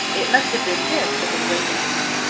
it must have been this that had wakened him.